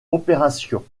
opération